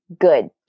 good